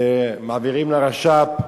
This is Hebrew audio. מעבירות לרש"פ,